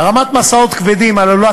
הרמת משאות כבדים עלולה,